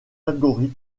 algorithmes